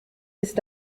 ist